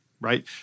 right